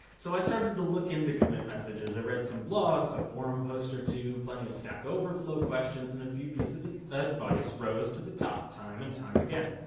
so, i started to look into commit messages. i read some blogs, a forum post or two, plenty of stack overflow questions, and a few pieces of advice rose to the top time and time again.